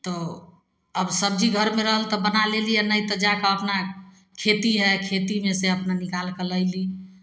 तऽ आब सबजी घरमे रहल तऽ बना लेली नहि तऽ जाकऽ अपना खेती हइ खेतीमे से अपन निकालकऽ लैली